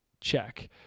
check